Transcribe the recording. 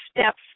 steps